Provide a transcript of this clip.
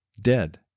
dead